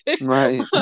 right